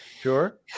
Sure